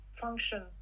function